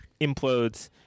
implodes